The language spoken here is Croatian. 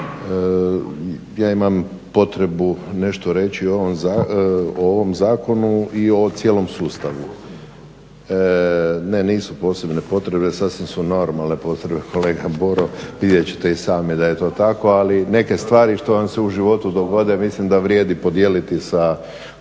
Ja imam potrebu nešto reći o ovom zakonu i o cijelom sustavu. Ne nisu posebne potrebe sasvim su normalne potrebe kolega Boro vidjet ćete i sami da je to tako, ali neke stvari što vam se u životu dogode mislim da vrijedi podijeliti sa